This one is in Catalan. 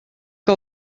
que